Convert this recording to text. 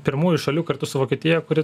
pirmųjų šalių kartu su vokietija kuri